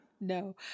No